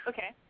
Okay